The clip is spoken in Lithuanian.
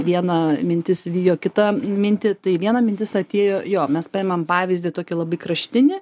viena mintis vijo kitą mintį tai viena mintis atėjo jo mes paimam pavyzdį tokį labai kraštinį